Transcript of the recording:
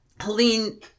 Helene